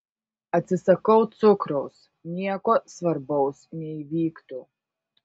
atsisakau cukraus nieko svarbaus neįvyktų